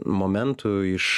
momentų iš